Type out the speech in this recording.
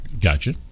Gotcha